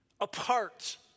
apart